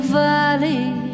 valley